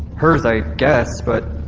hers, i guess. but